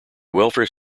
welfare